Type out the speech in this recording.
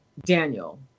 Daniel